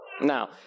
Now